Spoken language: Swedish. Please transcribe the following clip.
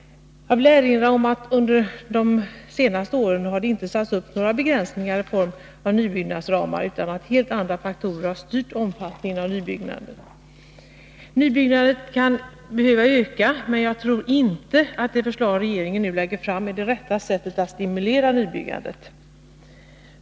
Jag vill erinra om att det under de senaste åren inte har satts upp några begränsningar i form av nybyggnadsramar, utan att helt andra faktorer har styrt omfattningen av nybyggandet. Nybyggandet kan behöva öka, men jag tror inte att de förslag som regeringen nu lägger fram är det rätta sättet att stimulera nybyggandet.